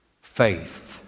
Faith